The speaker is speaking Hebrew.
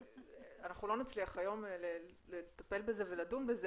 אנחנו לא נצליח היום לטפל בזה ולדון בזה